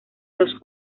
los